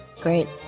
Great